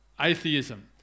atheism